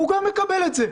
הוא גם מקבל את זה.